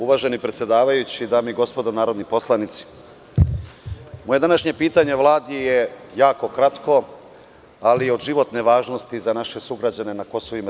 Uvaženi predsedavajući, dame i gospodo narodni poslanici, moje današnje pitanje Vladi je jako kratko, ali je od životne važnosti za naše sugrađane na KiM.